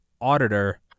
auditor